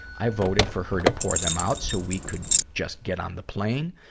i voted for her to pour them out, so we could just get on the plane.